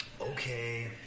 Okay